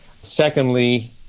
Secondly